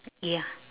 ya